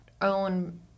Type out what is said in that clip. own